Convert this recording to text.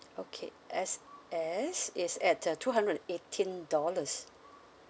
okay X_S is at uh two hundred and eighteen dollars